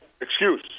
excuse